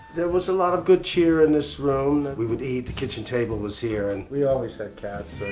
there was a lot of good cheer in this room, we would eat, the kitchen table was here and we always had cats.